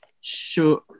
Sure